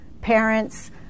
parents